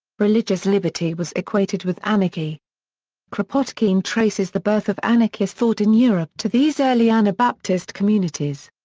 religious liberty was equated with anarchy kropotkin traces the birth of anarchist thought in europe to these early anabaptist communities.